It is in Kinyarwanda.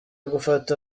gufata